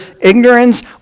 ignorance